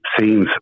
seems